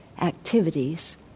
activities